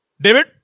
David